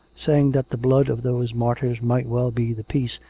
saying that the blood of those martyrs might well be the peace,